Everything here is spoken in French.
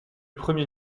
premier